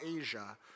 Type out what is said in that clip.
Asia